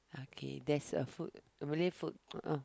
okay there's a food really food uh